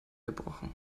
gebrochen